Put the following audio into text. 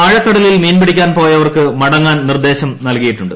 ആഴക്കടലിൽ മീൻ പിടിക്കാൻ പോയവർക്ക് മടങ്ങാൻ നിർദ്ദേശം നൽകിയിട്ടുണ്ട്